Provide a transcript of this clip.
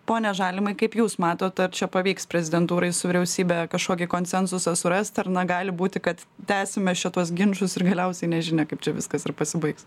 pone žalimai kaip jūs matot ar čia pavyks prezidentūrai su vyriausybe kažkokį konsensusą surast ar na gali būti kad tęsime šituos ginčus ir galiausiai nežinia kaip čia viskas ir pasibaigs